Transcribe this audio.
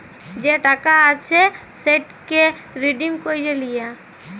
যে টাকা আছে সেটকে রিডিম ক্যইরে লিয়া